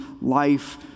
life